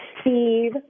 Steve